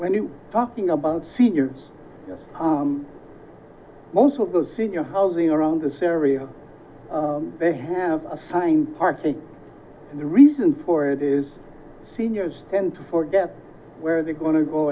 when you talking about seniors most of the senior housing around this area they have assigned part of the reason for it is seniors tend to forget where they're going to go